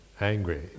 angry